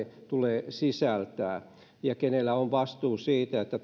tulee sisältää ja kenellä on vastuu siitä että